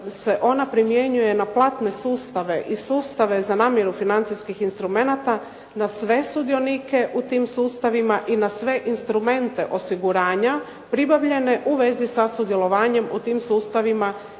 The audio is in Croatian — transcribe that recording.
se ona primjenjuje na platne sustave i sustave za namiru financijskih instrumenata na sve sudionike u tim sustavima i na sve instrumente osiguranja pribavljene u vezi sa sudjelovanjem u tim sustavima